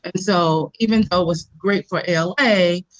and so even though it was great for ala,